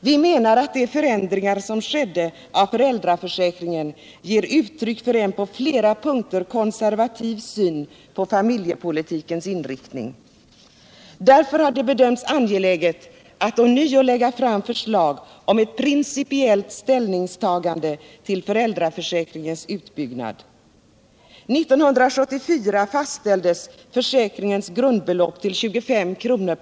Vi menar att de förändringar som skedde av föräldraförsäkringen ger uttryck för en på flera punkter konservativ syn på familjepolitikens inriktning. Därför har det bedömts angeläget att ånyo lägga fram förslag om ett principiellt ställningstagande till föräldraförsäkringens utbyggnad. 1974 fastställdes försäkringens grundbelopp till 25 kr.